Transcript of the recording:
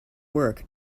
work